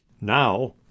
Now